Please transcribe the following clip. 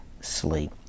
sleep